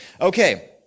Okay